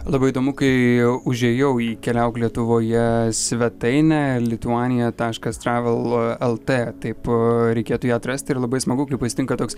labai įdomu kai užėjau į keliauk lietuvoje svetainę lituanija taškas travel lt taip reikėtų ją atrasti ir labai smagu kai pasitinka toks